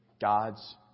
God's